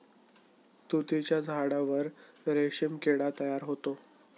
तुतीच्या झाडावर रेशीम किडा तयार होतो